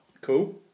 Cool